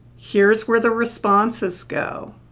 here is where the responses go.